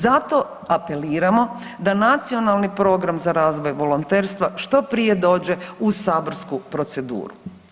Zato apeliramo da Nacionalni program za razvoj volonterstva što prije dođe u saborsku proceduru.